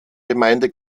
gemeinde